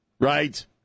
right